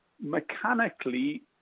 mechanically